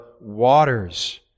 waters